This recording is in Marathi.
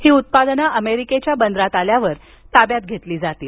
ही उत्पादनं अमेरिकेच्या बंदरात आल्यावर ताब्यात घेण्यात येतील